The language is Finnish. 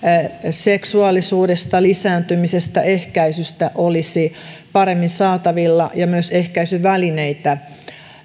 seksuaalisuudesta lisääntymisestä ehkäisystä olisi paremmin saatavilla ja myös ehkäisyvälineitä